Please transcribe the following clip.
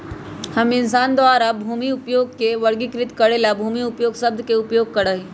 हम इंसान द्वारा भूमि उपयोग के वर्गीकृत करे ला भूमि उपयोग शब्द के उपयोग करा हई